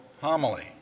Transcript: homily